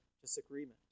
disagreement